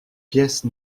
pièce